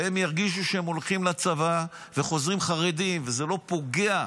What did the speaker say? והם ירגישו שהם הולכים לצבא וחוזרים חרדים וזה לא פוגע,